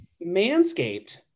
Manscaped